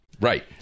Right